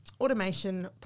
Automation